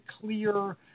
clear